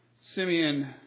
Simeon